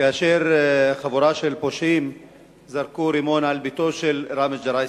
כאשר חבורה של פושעים זרקו רימון על ביתו של ראמז ג'ראיסי.